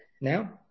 now